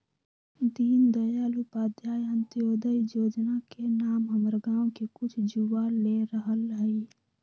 दीनदयाल उपाध्याय अंत्योदय जोजना के नाम हमर गांव के कुछ जुवा ले रहल हइ